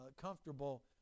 comfortable